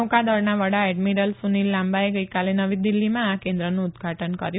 નૌકાદળના વડા એડમિરલ સુનિલ લાંબાએ ગઇકાલે નવી દિલ્હીમાં આ કેન્દ્રનું ઉદ્ઘાટન કર્યું